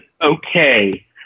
okay